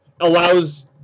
allows